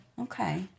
Okay